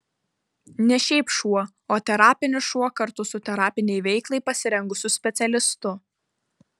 ne šiaip šuo o terapinis šuo kartu su terapinei veiklai pasirengusiu specialistu